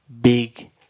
big